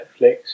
Netflix